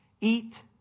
eat